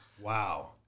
Wow